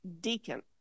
deacon